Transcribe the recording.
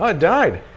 ah died.